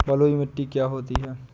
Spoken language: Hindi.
बलुइ मिट्टी क्या होती हैं?